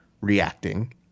reacting